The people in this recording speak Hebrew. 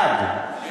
עד.